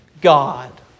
God